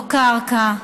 לא קרקע,